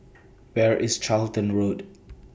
Where IS Charlton Road